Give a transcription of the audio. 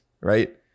right